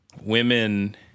women